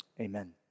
Amen